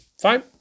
Fine